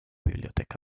biblioteca